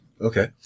Okay